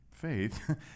Faith